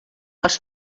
els